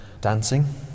dancing